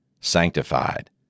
sanctified